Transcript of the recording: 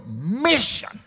mission